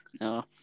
No